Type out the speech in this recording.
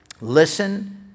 listen